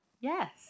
Yes